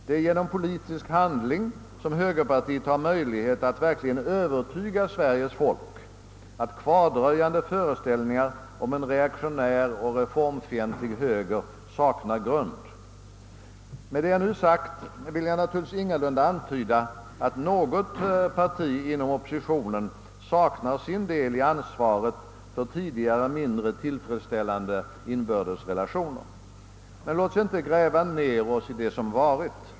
Det är genom politisk handling som högerpartiet har möjlighet att verkligen övertyga Sveriges folk om att kvardröjande föreställningar om en reaktionär och reformfientlig höger saknar grund. Med det jag nu sagt vill jag naturligtvis ingalunda antyda att något parti inom oppositionen saknar sin del i ansvaret för tidigare mindre tillfredsställande inbördes relationer. Men låt oss inte gräva ned oss i det som varit.